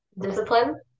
Discipline